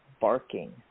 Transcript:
barking